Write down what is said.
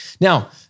now